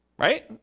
Right